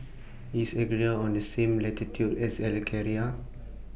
IS Algeria on The same latitude as Algeria